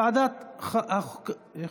אבל הוועדה היא החוקה,